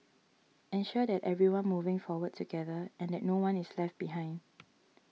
ensure that everyone moving forward together and that no one is left behind